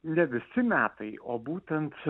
ne visi metai o būtent